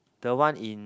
the one in